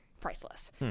priceless